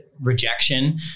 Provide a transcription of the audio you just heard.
rejection